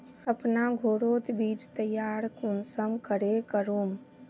अपना घोरोत बीज तैयार कुंसम करे करूम?